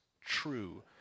true